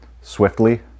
swiftly